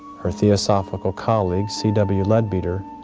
her theosophical colleague c. w. leadbeater,